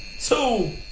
Two